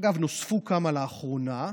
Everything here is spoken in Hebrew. אגב, נוספו כמה לאחרונה,